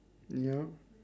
yup